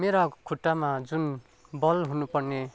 मेरा खुट्टामा जुन बल हुनुपर्ने